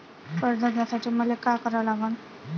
कर्ज घ्यासाठी मले का करा लागन?